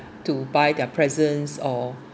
to buy their presents or